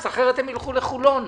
אחרת הם ילכו לחולון,